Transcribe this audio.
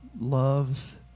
loves